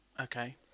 Okay